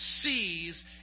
sees